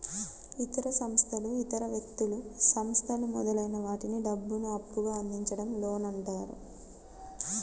ఇతర సంస్థలు ఇతర వ్యక్తులు, సంస్థలు మొదలైన వాటికి డబ్బును అప్పుగా అందించడం లోన్ అంటారు